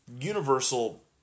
Universal